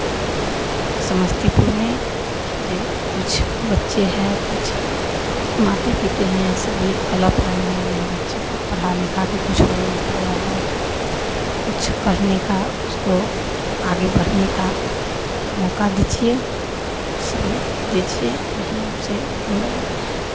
समस्तीपुर में जो कुछ बच्चे हैं कुछ माता पिता हैं सभी कलप रहें हैं मेरे बच्चे को पढ़ा लिखा कर कुछ हो नहीं पाया है कुछ करने का उसको आगे बढ़ने का मौका दीजिए सभी दीजिए यही आपसे निवेदन है